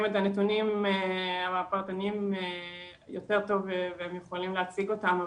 את הנתונים הפרטניים יותר טוב ויכולים להציג אותם,